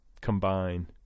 combine